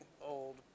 Old